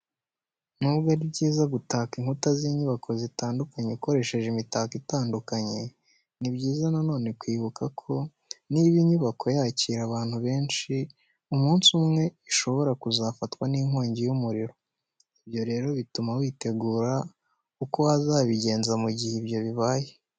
Nubwo ari byiza gutaka inkuta z'inyubako zitandukanye ukoresheje imitako itandukanye, ni byiza na none kwibuka ko niba inyubako yakira abantu benshi, umunsi umwe ishobora kuzafatwa n'inkongi y'umuriro. Ibyo rero bituma witegura uko wazabigenza mu gihe ibyo bibaye.